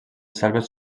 selves